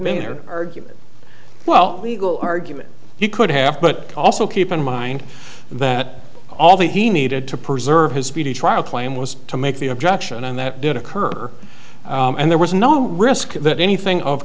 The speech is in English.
major argument well legal argument you could have but also keep in mind that all that he needed to preserve his speedy trial claim was to make the objection and that did occur and there was no risk that anything of